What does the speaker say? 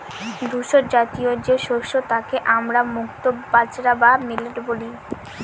ধূসরজাতীয় যে শস্য তাকে আমরা মুক্তো বাজরা বা মিলেট বলি